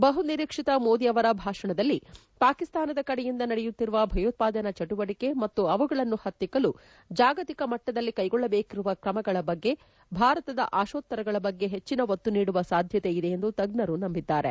ಬಹುನಿರೀಕ್ಷಿತ ಮೋದಿ ಅವರ ಭಾಷಣದಲ್ಲಿ ಪಾಕಿಸ್ತಾನದ ಕಡೆಯಿಂದ ನಡೆಯುತ್ತಿರುವ ಭಯೋತ್ಪಾದನಾ ಚಟುವಟಕೆಗ ಮತ್ತು ಅವುಗಳನ್ನು ಹತ್ತಿಕ್ಲು ಜಾಗತಿಕ ಮಟ್ಟದಲ್ಲಿ ಕೈಗೊಳ್ಳಬೇಕಿರುವ ಕ್ರಮಗಳ ಬಗ್ಗೆ ಭಾರತದ ಆಶೋತ್ತರಗಳ ಬಗ್ಗೆ ಹೆಚ್ಚಿನ ಒತ್ತು ನೀಡುವ ಸಾಧ್ಯತೆಯಿದೆ ಎಂದು ತಜ್ಜರು ನಂಬಿದ್ದಾರೆ